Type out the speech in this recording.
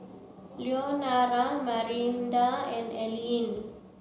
Leonora Marinda and Ellyn